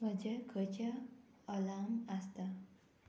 म्हजे खंयचे अलार्म आसता